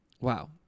wow